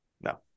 No